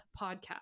podcast